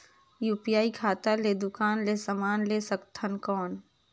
UPI खाता ले दुकान ले समान ले सकथन कौन?